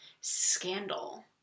scandal